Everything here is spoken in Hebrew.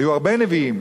היו הרבה נביאים,